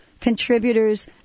contributors